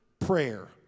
prayer